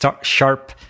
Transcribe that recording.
sharp